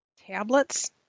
tablets